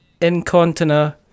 incontina